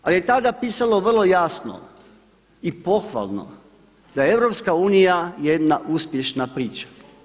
Ali je tada pisalo vrlo jasno i pohvalno, da je EU jedna uspješna priča.